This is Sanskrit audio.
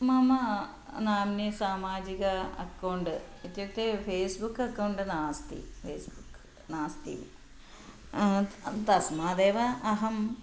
मम नाम्नि सामाजिक अकौण्ड् इत्युक्ते फ़ेस्बुक् अकौण्ड् नास्ति फ़ेस्बुक् नास्ति तस्मादेव अहम्